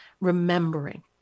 remembering